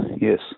yes